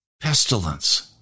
pestilence